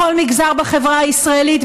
בכל מגזר בחברה הישראלית,